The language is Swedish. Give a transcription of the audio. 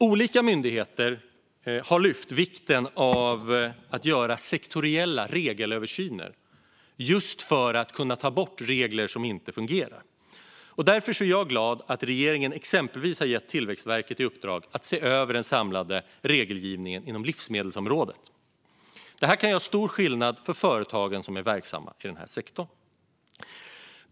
Olika myndigheter har lyft fram vikten av att göra sektoriella regelöversyner just för att kunna ta bort regler som inte fungerar. Därför är jag glad att regeringen exempelvis har gett Tillväxtverket i uppdrag att se över den samlade regelgivningen inom livsmedelsområdet. Detta kan göra stor skillnad för de företag som är verksamma i den här sektorn.